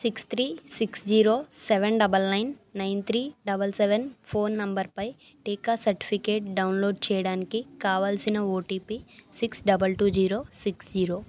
six three six zero seven double nine nine three double seven phone నంబర్పై టీకా certificate download చేయడానికి కావాల్సిన OTP six double two zero six zero